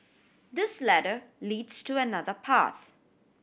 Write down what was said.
this ladder leads to another path